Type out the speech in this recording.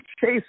chase